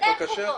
כן, בבקשה.